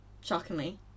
Shockingly